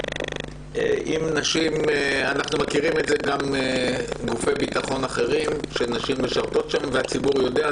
אנחנו מכירים גם מגופי ביטחון אחרים שנשים משרתות בהם והציבור יודע,